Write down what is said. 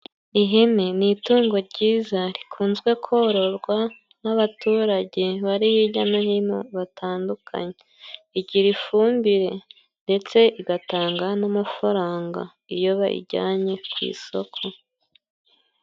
Ihene ni itungo ryiza rikunzwe kororwa n'abaturage bari hijya no hino batandukanye, igira ifumbire ndetse igatanga n'amafaranga iyo bayijyanye ku isoko.